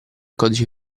codice